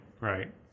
Right